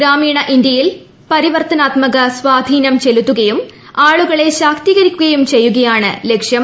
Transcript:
ഗ്രാമീണ ഇന്ത്യയിൽ പരിവർത്തനാത്മക സ്വാധീനം ചെലുത്തുകയും ആളുകളെ ശാക്തികരിക്കുകയും ചെയ്യുകയാണ് ലക്ഷ്യം